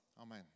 Amen